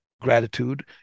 gratitude